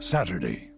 Saturday